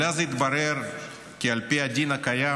אבל אז התברר כי על פי הדין הקיים,